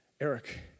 Eric